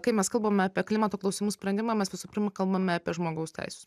kai mes kalbame apie klimato klausimų sprendimą mes visų pirma kalbame apie žmogaus teises